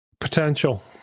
Potential